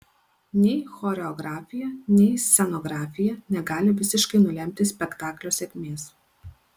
nei choreografija nei scenografija negali visiškai nulemti spektaklio sėkmės